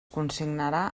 consignarà